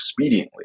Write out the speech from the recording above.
expediently